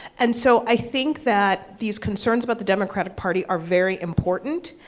and so i think that these concerns about the democratic party are very important,